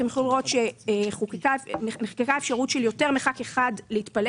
אתם יכולים לראות שנחקקה האפשרות של יותר מחבר כנסת אחד להתפלג,